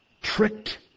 tricked